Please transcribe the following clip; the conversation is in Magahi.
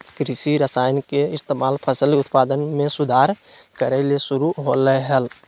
कृषि रसायन के इस्तेमाल फसल उत्पादन में सुधार करय ले शुरु होलय हल